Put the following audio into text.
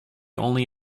only